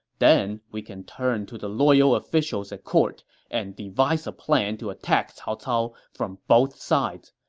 then, we can turn to the loyal officials at court and devise a plan to attack cao cao from both sides.